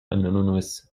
unanimous